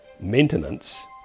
maintenance